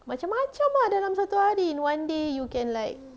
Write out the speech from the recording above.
macam-macam lah dalam satu hari one day you can like